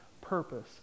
purpose